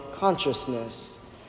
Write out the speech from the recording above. consciousness